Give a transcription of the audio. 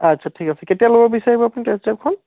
আচ্ছা ঠিক আছে কেতিয়া ল'ব বিচাৰিব আপুনি টেষ্ট ড্ৰাইভখন